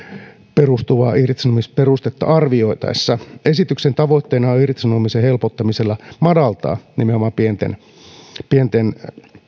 perustuvaa irtisanomisperustetta arvioitaessa esityksen tavoitteena on irtisanomisen helpottamisella madaltaa nimenomaan pienten pienten